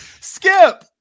Skip